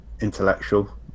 intellectual